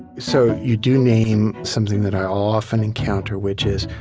so you do name something that i'll often encounter, which is,